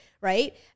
Right